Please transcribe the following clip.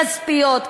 כספיות,